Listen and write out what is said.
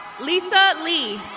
lisa lee.